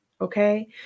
okay